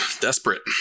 desperate